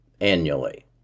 annually